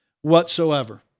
whatsoever